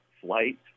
flight